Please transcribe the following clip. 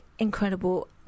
Incredible